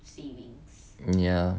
ya